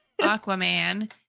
Aquaman